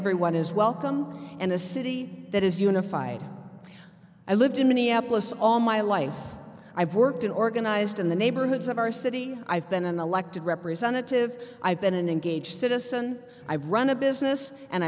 everyone is welcome and a city that is unified i lived in minneapolis all my life i've worked in organized in the neighborhoods of our city i've been an elected representative i've been an engaged citizen i've run a business and